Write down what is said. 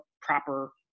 proper